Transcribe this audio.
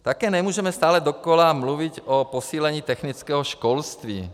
Také nemůžeme stále dokola mluvit o posílení technického školství.